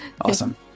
Awesome